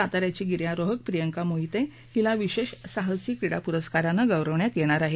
साताऱ्याची गिर्यारोहक प्रियंका मोहिते हिला विशेष साहसी क्रीडा पुरस्कारानं गौरवण्यात येणार आहे